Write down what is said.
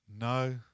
No